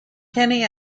kenny